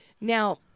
Now